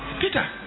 Peter